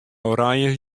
oranje